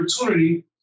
opportunity